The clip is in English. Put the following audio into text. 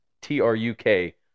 T-R-U-K